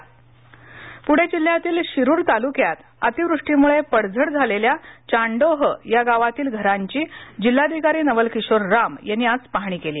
अतिवृष्टी पुणे जिल्ह्यातील शिरूर तालुक्यात अतिवृष्टीमुळे पडझड झालेल्या चांडोह या गावातील घरांची जिल्हाधिकारी नवल किशोर राम यांनी आज पाहणी केली